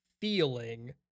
feeling